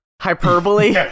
hyperbole